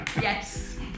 Yes